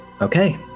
Okay